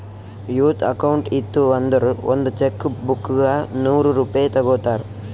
youth account ಇತ್ತು ಅಂದುರ್ ಒಂದ್ ಚೆಕ್ ಬುಕ್ಗ ನೂರ್ ರೂಪೆ ತಗೋತಾರ್